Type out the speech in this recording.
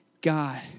God